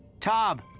tom?